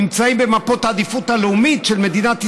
נמצאת במפות העדיפות הלאומית של מדינת ישראל,